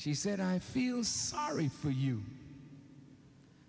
she said i feel sorry for you